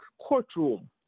courtroom